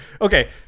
Okay